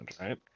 right